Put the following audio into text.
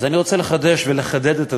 אז אני רוצה לחדש ולחדד את הדברים: